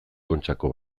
kontxako